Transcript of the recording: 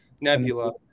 nebula